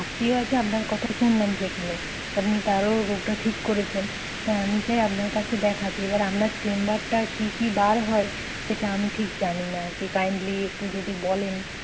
আত্মীয় আছে আপনার কথা শুনলাম সেখানে আপনি তারও রোগটা ঠিক করেছেন তাই আমি চাই আপনার কাছে দেখাতে এবার আপনার চেম্বারটা কী কী বার হয় সেটা আমি ঠিক জানি না আর কি কাইন্ডলি একটু যদি বলেন